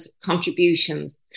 contributions